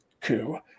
coup